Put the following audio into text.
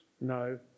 No